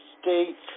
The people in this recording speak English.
states